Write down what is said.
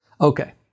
Okay